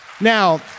Now